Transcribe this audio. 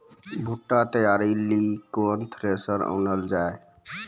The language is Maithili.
बूटा तैयारी ली केन थ्रेसर आनलऽ जाए?